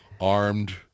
armed